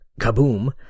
kaboom